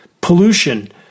pollution